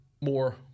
more